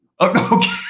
Okay